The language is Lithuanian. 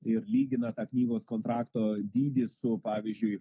ir lygina tą knygos kontrakto dydį su pavyzdžiui